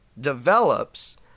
develops